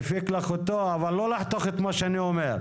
מפיק לך אותו אבל לא לחתוך את מה שאני אומר.